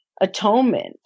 atonement